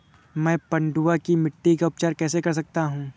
मैं पडुआ की मिट्टी का उपचार कैसे कर सकता हूँ?